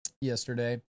yesterday